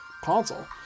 console